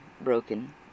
broken